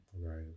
Right